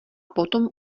potom